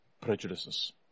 prejudices